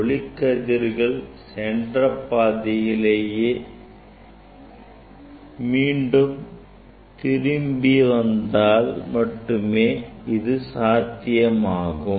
ஒளிக்கதிர்கள் சென்ற பாதையிலேயே மீண்டும் திரும்பி வந்தால் மட்டுமே இது சாத்தியமாகும்